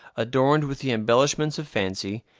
adorned with the embellishments of fancy,